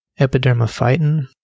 epidermophyton